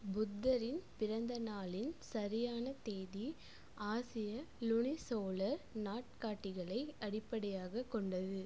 புத்தரின் பிறந்த நாளின் சரியான தேதி ஆசிய லுனிசோலர் நாட்காட்டிகளை அடிப்படையாக கொண்டது